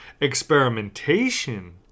Experimentation